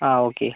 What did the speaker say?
ആ ഓക്കെ